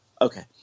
Okay